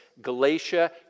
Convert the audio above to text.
Galatia